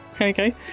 Okay